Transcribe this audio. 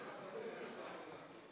שלוש דקות, בבקשה.